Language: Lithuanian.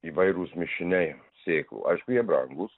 įvairūs mišiniai sėklų aišku jie brangūs